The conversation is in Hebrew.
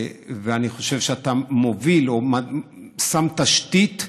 ואני חושב שאתה מוביל או שם תשתית,